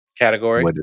Category